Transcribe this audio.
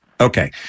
Okay